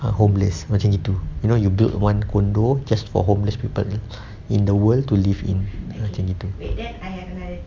homeless macam gitu you know you build one condo just for homeless people in the world to live in macam gitu